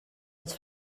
ens